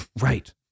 Right